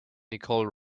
nicole